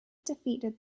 defeated